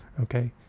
Okay